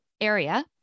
area